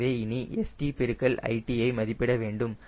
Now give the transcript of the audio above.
எனவே இனி St பெருக்கல் lt ஐ மதிப்பிட வேண்டும்